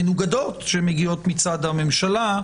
מנוגדות שמגיעות מצד הממשלה,